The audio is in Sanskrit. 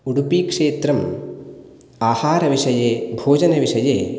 उडुपिक्षेत्रम् आहारविषये भोजनविषये